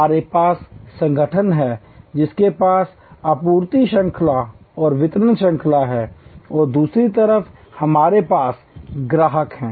हमारे पास संगठन है जिसके पास आपूर्ति श्रृंखला और वितरण श्रृंखला है और दूसरी तरफ हमारे पास ग्राहक हैं